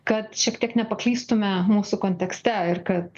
kad šiek tiek nepaklystume mūsų kontekste ir kad